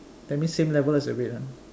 that means same level as the red one